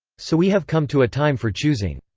so we have come to a time for choosing.